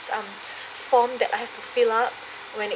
um form that I have to fill up when it